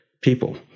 people